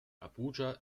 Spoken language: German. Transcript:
abuja